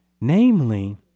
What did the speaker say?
namely